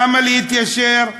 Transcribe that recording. למה להתיישר?